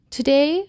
Today